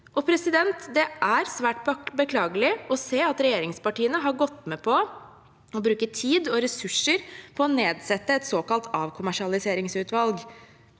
finnes i dag. Det er svært beklagelig å se at regjeringspartiene har gått med på å bruke tid og ressurser på å nedsette et såkalt avkommersialiseringsutvalg,